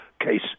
case